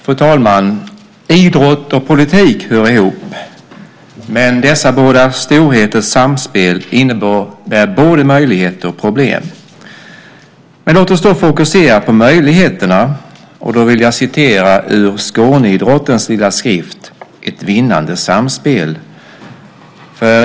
Fru talman! Idrott och politik hör ihop. Dessa båda storheters samspel innebär både möjligheter och problem. Låt oss fokusera på möjligheterna, och då vill jag citera ur Skåneidrottens lilla skrift Ett vinnande samspel .